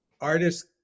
artists